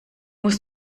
muss